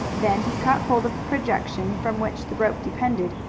then he caught hold of the projection from which the rope depended,